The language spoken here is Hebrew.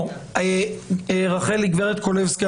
הגברת קולסקי,